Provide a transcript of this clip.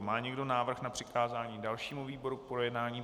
Má někdo návrh na přikázání dalšímu výboru k projednání?